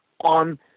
on